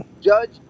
judge